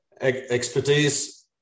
Expertise